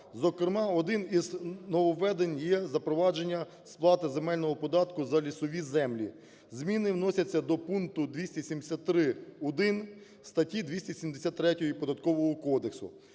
Зокрема одним із нововведень є запровадження сплати земельного податку за лісові землі. Зміни вносяться до пункту 273-1 статті 273